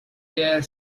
their